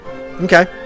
Okay